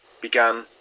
began